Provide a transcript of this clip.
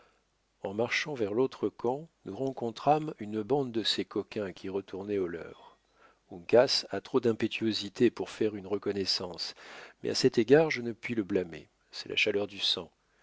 en marchant vers l'autre camp nous rencontrâmes une bande de ces coquins qui retournaient au leur uncas a trop d'impétuosité pour faire une reconnaissance mais à cet égard je ne puis le blâmer c'est la chaleur du sang